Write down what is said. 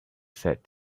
said